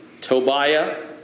Tobiah